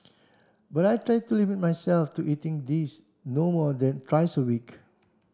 but I try to limit myself to eating these no more than thrice a week